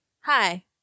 Hi